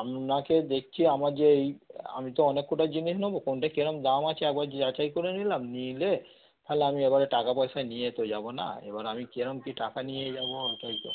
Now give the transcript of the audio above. আপনাকে দেখছি আমার যে এই আমি তো অনেক কটা জিনিস নেবো কোনটা কিরম দাম আছে আবার যাচাই করে নিলাম নিলে তাহলে আমি এবারে টাকা পয়সা নিয়ে তো যাবো না এবার আমি কিরম কি টাকা নিয়ে যাবো ওটাই তো